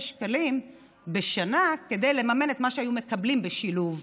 שקלים בשנה כדי לממן את מה שהיו מקבלים בשילוב.